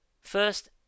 first